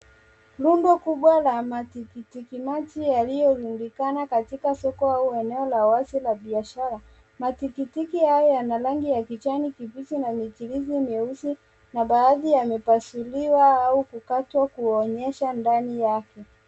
Rundo kubwa la matikiti maji yaliyorundikana katika soko au eneo la wazi la biashara. Matikitiki haya yana rangi ya kijani kibichi na michirizi meusi na baadhi yamepasuliwa au kukatwa kuonyesha ndani yake.